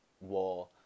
War